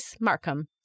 Markham